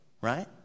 right